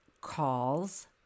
calls